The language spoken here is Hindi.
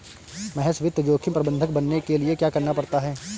महेश वित्त जोखिम प्रबंधक बनने के लिए क्या करना पड़ता है?